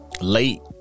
late